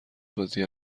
بازی